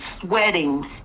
sweating